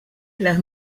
les